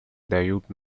дают